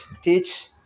teach